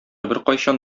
беркайчан